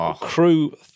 Crew